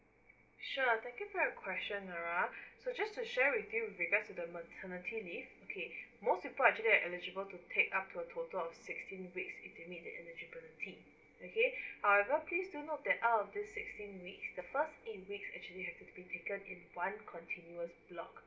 sure thank you for your question nara so just to share with you with regards to the maternity leave okay most people are actually are eligible to take up to a total of sixteen weeks if you need a routine okay however please do note that out of this sixteen week the first eight weeks actually have to be taken in one continuous block